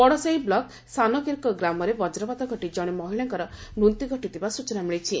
Badasahi block Sankerako ଗ୍ରାମରେ ବଜ୍ରପାତ ଘଟି ଜଣେ ମହିଳାଙ୍କର ମୃତ୍ୟୁ ଘଟିଥିବା ସୂଚନା ମିଳିଛି